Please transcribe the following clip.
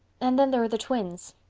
and then there are the twins.